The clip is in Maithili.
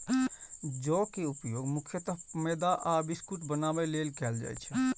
जौ के उपयोग मुख्यतः मैदा आ बिस्कुट बनाबै लेल कैल जाइ छै